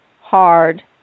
hard